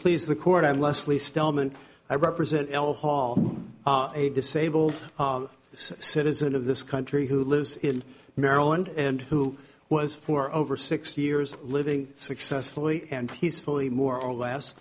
please the court i'm leslie stellman i represent l hall a disabled citizen of this country who lives in maryland and who was for over six years living successfully and peacefully more or less